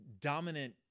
dominant